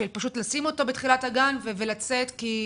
שפשוט לשים אותו בתחילת הגן ולצאת כי,